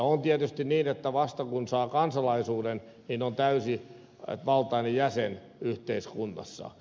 on tietysti niin että vasta kun saa kansalaisuuden on täysivaltainen jäsen yhteiskunnassa